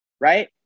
Right